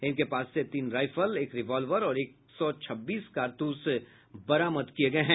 इनके पास से तीन राइफल एक रिवॉल्वर और एक सौ छब्बीस कारतूस बरामद किये गये हैं